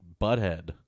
Butthead